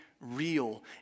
real